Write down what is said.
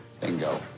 Bingo